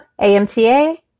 AMTA